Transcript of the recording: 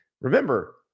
Remember